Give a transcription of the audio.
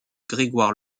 grégoire